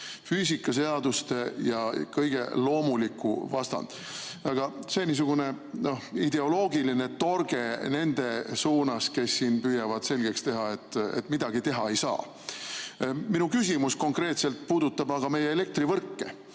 füüsikaseaduste ja kõige loomuliku vastand. Aga see on niisugune ideoloogiline torge nende suunas, kes püüavad selgeks teha, et midagi teha ei saa. Minu küsimus konkreetselt puudutab aga meie elektrivõrke.